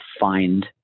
find